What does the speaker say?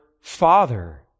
Father